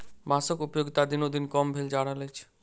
बाँसक उपयोगिता दिनोदिन कम भेल जा रहल अछि